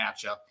matchup